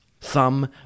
thumb